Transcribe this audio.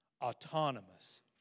autonomous